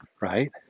Right